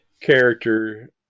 character